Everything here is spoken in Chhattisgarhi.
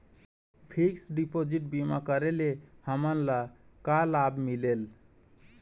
फिक्स डिपोजिट बीमा करे ले हमनला का लाभ मिलेल?